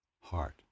heart